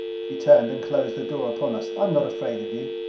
she turned and closed the door upon us. i am not afraid of you.